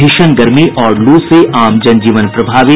भीषण गर्मी और लू से आम जनजीवन प्रभावित